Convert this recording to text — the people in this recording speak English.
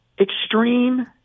Extreme